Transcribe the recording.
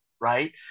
right